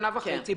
שנה וחצי.